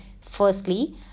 Firstly